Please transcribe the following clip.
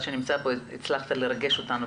הצלחת לרגש אותנו,